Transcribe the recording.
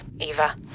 Eva